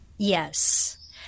Yes